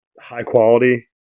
high-quality